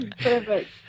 perfect